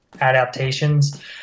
adaptations